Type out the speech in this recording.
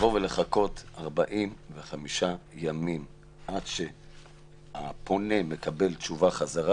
לבוא ולחכות 45 ימים עד שהפונה מקבל תשובה חזרה.